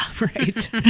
right